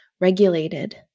regulated